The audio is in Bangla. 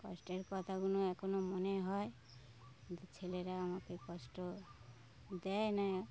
কষ্টের কথাগুলো এখনো মনে হয় যে ছেলেরা আমাকে কষ্ট দেয় না